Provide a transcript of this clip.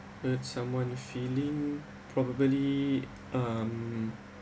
hurt someone feeling probably um